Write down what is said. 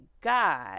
God